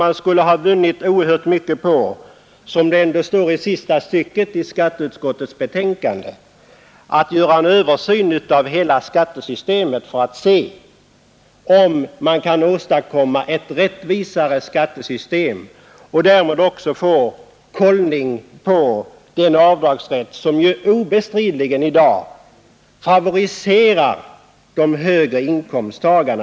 Man skulle dessutom ha vunnit mycket på — vilket också kan utläsas i sista stycket i skatteutskottets betänkande — att göra en översyn av hela skattesystemet för att se, om och på vilket sätt ett mera rättvist skattesystem kan åstadkommas och därmed också en kollning på omfattningen av den avdragsrätt som obestridligen favoriserar de högre inkomsttagarna.